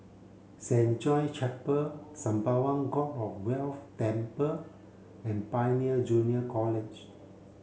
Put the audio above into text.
Saint John Chapel Sembawang God of Wealth Temple and Pioneer Junior College